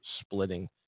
splitting